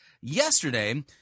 Yesterday